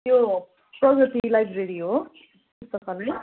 यो प्रगति लाइब्रेरी हो पुस्तकालय